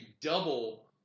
double